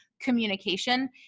communication